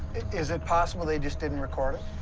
is it possible they just didn't record it?